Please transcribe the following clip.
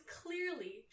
clearly